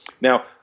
now